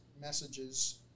messages